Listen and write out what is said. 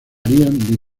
harían